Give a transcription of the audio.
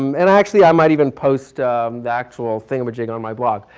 um and actually i might even post the actual thingamajig on my blog.